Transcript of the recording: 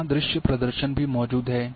यहां दृश्य प्रदर्शन भी मौजूद है